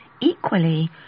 Equally